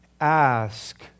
ask